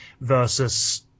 Versus